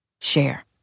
Share